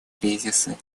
кризисы